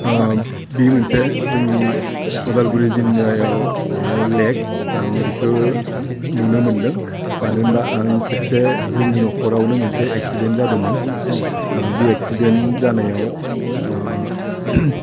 बे मोनसे जोंनि अदालगुरि जिंगायाव लेक आं बिखौ नुनो मोन्दों मानो होनबा आं खेबसे जोंनि नखरावनो मोनसे एक्सिदेन्ट जादोंमोन बे एक्सिदेन्ट जानायाव